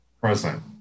present